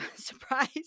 Surprise